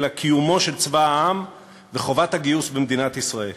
אלא קיומו של צבא העם וחובת הגיוס במדינת ישראל.